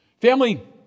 Family